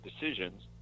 decisions